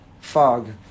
fog